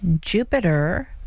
jupiter